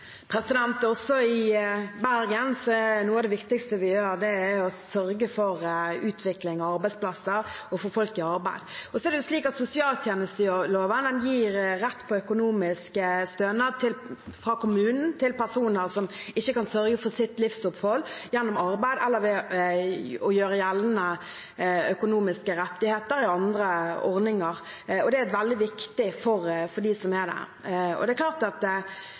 I Bergen er også noe av det viktigste vi gjør, å sørge for utvikling av arbeidsplasser og å få folk i arbeid. Så er det slik at sosialtjenesteloven gir rett på økonomisk stønad fra kommunen til personer som ikke kan sørge for sitt livsopphold gjennom arbeid eller gjennom økonomiske rettigheter i andre ordninger. Det er veldig viktig for dem det gjelder. Det er klart at kommunene har en selvstendig plikt til å sørge for at de satsene som blir utbetalt, passer til de forholdene som er lokalt, og at